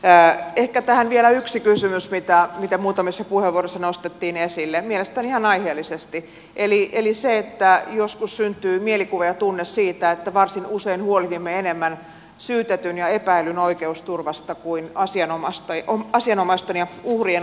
ehkä tähän vielä yksi kysymys mitä muutamissa puheenvuoroissa nostettiin esille mielestäni ihan aiheellisesti eli se että joskus syntyy mielikuva ja tunne siitä että varsin usein huolehdimme enemmän syytetyn ja epäillyn oikeusturvasta kuin asianomistajien ja uhrien oikeusturvasta